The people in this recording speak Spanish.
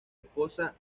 esposa